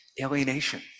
alienation